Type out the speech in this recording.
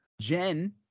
Jen